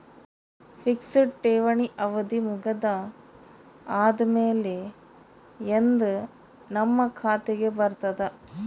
Fixed ಠೇವಣಿ ಅವಧಿ ಮುಗದ ಆದಮೇಲೆ ಎಂದ ನಮ್ಮ ಖಾತೆಗೆ ಬರತದ?